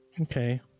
Okay